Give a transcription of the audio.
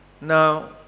Now